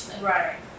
Right